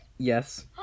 Yes